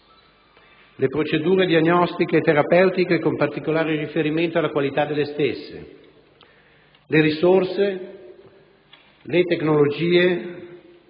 le procedure diagnostiche e terapeutiche con particolare riferimento alla qualità delle stesse, le risorse, le tecnologie,